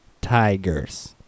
Tigers